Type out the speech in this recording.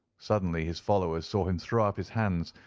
suddenly his followers saw and throw up his hands,